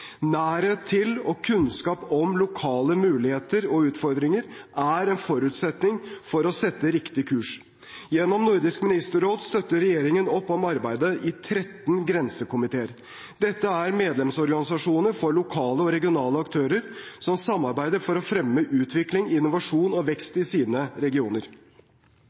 Nærhet til og kunnskap om lokale muligheter og utfordringer er en forutsetning for å sette riktig kurs. Gjennom Nordisk ministerråd støtter regjeringen opp om arbeidet i 13 grensekomiteer. Dette er medlemsorganisasjoner for lokale og regionale aktører som samarbeider for å fremme utvikling, innovasjon og vekst i sine regioner.